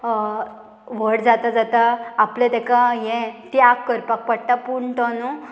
व्हड जाता जाता आपलें ताका हें त्याग करपाक पडटा पूण तो न्हू